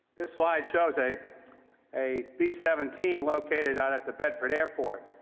this slide shows a a b seventeen located out at the bedford airport,